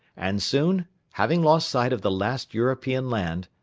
and soon, having lost sight of the last european land,